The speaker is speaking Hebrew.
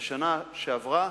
בשנה שעברה,